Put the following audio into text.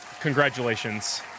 congratulations